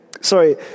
sorry